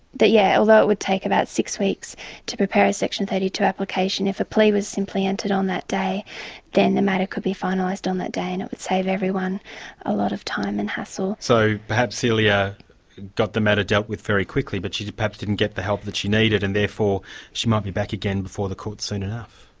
yeah although it would take about six weeks to prepare a section thirty two application, if a plea was simply entered on that day then the matter could be finalised on that day, and it would save everyone a lot of time and hassle. so perhaps celia got the matter dealt with very quickly, but she perhaps didn't get the help that she needed, and therefore she might be back again before the courts soon enough.